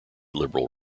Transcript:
liberal